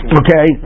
okay